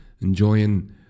enjoying